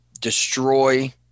destroy